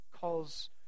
calls